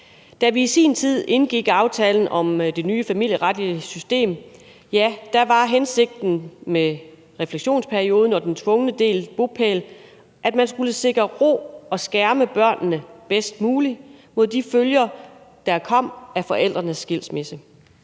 Da vi i sin tid indgik aftalen om det nye familieretlige system, var hensigten med refleksionsperioden og den tvungne delt bopæl, at man skulle sikre ro og skærme børnene bedst muligt mod de følger, der kom af forældrenes skilsmisse,